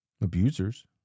Abusers